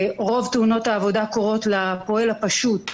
רוב תאונות העבודה קורות לפועל הפשוט,